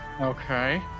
Okay